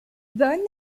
bonne